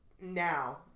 now